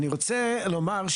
אני רוצה לומר,